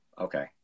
okay